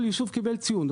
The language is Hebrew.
כל יישוב קיבל ציון.